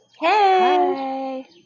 Hey